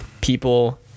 People